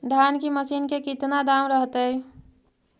धान की मशीन के कितना दाम रहतय?